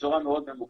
בצורה מאוד ממוקדת.